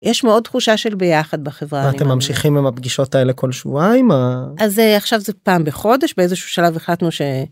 יש מאוד תחושה של ביחד בחברה. ואתם ממשיכים עם הפגישות האלה כל שבועיים? אז עכשיו זה פעם בחודש, באיזשהו שלב החלטנו ש...